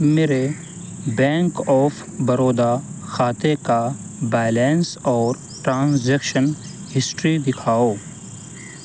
میرے bank of Baroda کھاتے کا بیلنس اور ٹرانزیکشن ہسٹری دکھاؤ